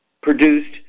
produced